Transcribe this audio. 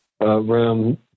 room